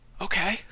Okay